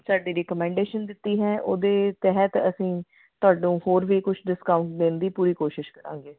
ਸਾਡੀ ਰਿਕਮੈਂਡੇਸ਼ਨ ਦਿੱਤੀ ਹੈ ਉਹਦੇ ਤਹਿਤ ਅਸੀਂ ਤੁਹਾਨੂੰ ਹੋਰ ਵੀ ਕੁਛ ਡਿਸਕਾਊਂਟ ਦੇਣ ਦੀ ਪੂਰੀ ਕੋਸ਼ਿਸ਼ ਕਰਾਂਗੇ